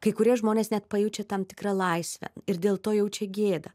kai kurie žmonės net pajaučia tam tikrą laisvę ir dėl to jaučia gėdą